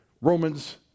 Romans